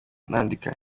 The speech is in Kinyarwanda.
nandika